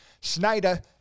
snyder